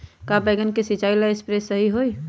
का बैगन के सिचाई ला सप्रे सही होई?